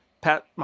Pat